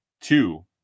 Two